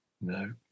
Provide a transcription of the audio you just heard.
no